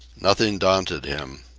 nothing daunted him.